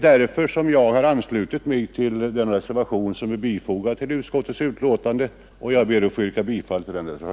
Därför har jag anslutit mig till reservationen, och jag ber att få yrka bifall till denna.